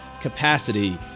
capacity